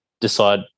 decide